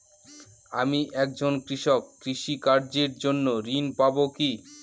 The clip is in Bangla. আমি একজন কৃষক কৃষি কার্যের জন্য ঋণ পাব কি?